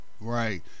right